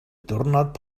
diwrnod